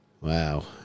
Wow